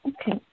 Okay